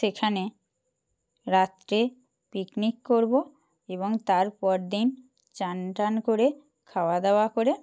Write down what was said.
সেখানে রাত্রে পিকনিক করবো এবং তার পর দিন চান টান করে খাওয়াদাওয়া করে